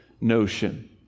notion